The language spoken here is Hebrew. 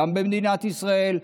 גם במדינת ישראל,